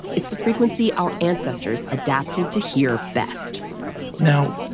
it's the frequency our ancestors adapted to hear best now,